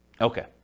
Okay